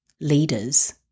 leaders